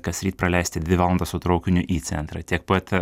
kasryt praleisti dvi valandas su traukiniu į centrą tiek pat